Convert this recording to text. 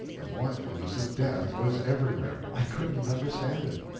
the mournfulness of death was everywhere. i couldn't understand it.